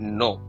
no